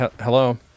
hello